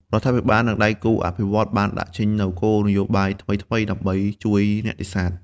រដ្ឋាភិបាលនិងដៃគូអភិវឌ្ឍន៍បានដាក់ចេញនូវ គោលនយោបាយ ថ្មីៗដើម្បីជួយអ្នកនេសាទ។